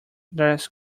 dress